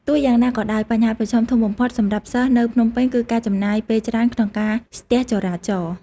ទោះយ៉ាងណាក៏ដោយ បញ្ហាប្រឈមធំបំផុតសម្រាប់សិស្សនៅភ្នំពេញគឺការចំណាយពេលច្រើនក្នុងការស្ទះចរាចរណ៍។